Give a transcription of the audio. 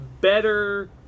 better